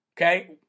Okay